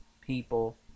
people